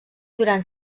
durant